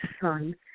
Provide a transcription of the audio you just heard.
son